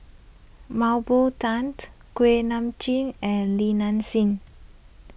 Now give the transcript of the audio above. Mah Bow Tan Kuak Nam Jin and Li Nanxing